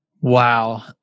Wow